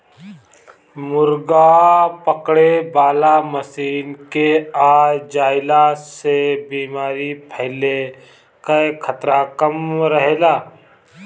मुर्गा पकड़े वाला मशीन के आ जईला से बेमारी फईले कअ खतरा कम रहेला